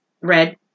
red